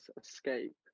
escape